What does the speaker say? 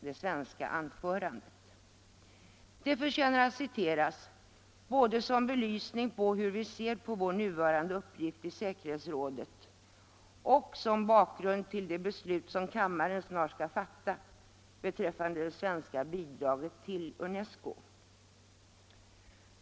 Det förtjänar att återges både som belysning av hur vi ser på vår nuvarande uppgift i säkerhetsrådet och som bakgrund till det beslut som kammaren snart skall fatta beträffande det svenska bidraget till UNESCO.